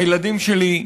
הילדים שלי,